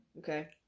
Okay